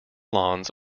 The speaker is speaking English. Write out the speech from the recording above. lawns